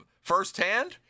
firsthand